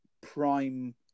prime